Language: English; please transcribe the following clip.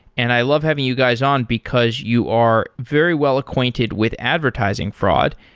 and i love having you guys on, because you are very well acquainted with advertising fraud.